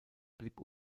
blieb